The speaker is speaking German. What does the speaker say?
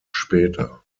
später